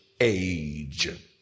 age